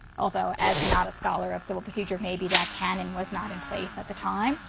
although as not a scholar of civil procedure, maybe that canon was not in place at the time,